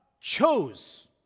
chose